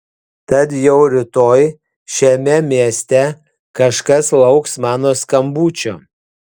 tad jau rytoj šiame mieste kažkas lauks mano skambučio